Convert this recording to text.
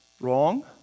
wrong